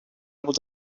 able